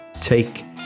take